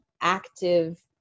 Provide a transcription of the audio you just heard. active